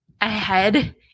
ahead